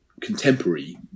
contemporary